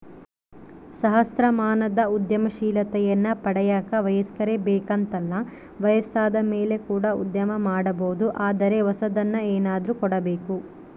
ಸಹಸ್ರಮಾನದ ಉದ್ಯಮಶೀಲತೆಯನ್ನ ಪಡೆಯಕ ವಯಸ್ಕರೇ ಬೇಕೆಂತಲ್ಲ ವಯಸ್ಸಾದಮೇಲೆ ಕೂಡ ಉದ್ಯಮ ಮಾಡಬೊದು ಆದರೆ ಹೊಸದನ್ನು ಏನಾದ್ರು ಕೊಡಬೇಕು